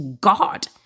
God